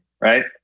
right